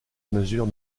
mesures